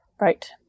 Right